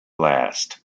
last